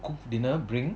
cook dinner bring